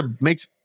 makes